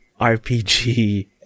RPG